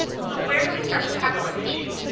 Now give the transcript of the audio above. so where do we start to tackle this issue?